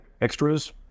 extras